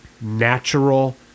natural